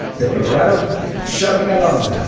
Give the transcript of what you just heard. the colorado chugging along,